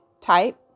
type